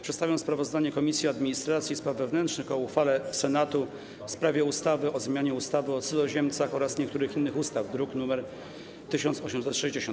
Przedstawiam sprawozdanie Komisji Administracji i Spraw Wewnętrznych o uchwale Senatu w sprawie ustawy o zmianie ustawy o cudzoziemcach oraz niektórych innych ustaw, druk nr 1860.